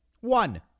One